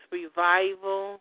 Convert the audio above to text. revival